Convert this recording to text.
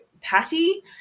Patty